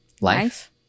life